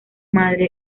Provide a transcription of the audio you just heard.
madre